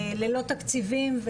ללא תקציבים,